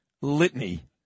litany